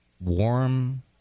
warm